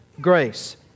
grace